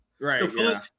right